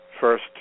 first